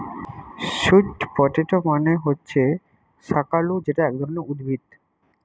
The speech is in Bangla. স্যুট পটেটো মানে হচ্ছে শাকালু যেটা এক ধরণের উদ্ভিদ